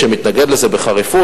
שמתנגד לזה בחריפות,